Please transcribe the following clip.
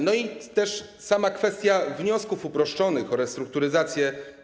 I jest też sama kwestia wniosków uproszczonych o restrukturyzację.